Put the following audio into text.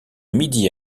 midi